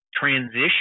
transition